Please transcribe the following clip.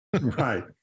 Right